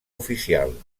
oficial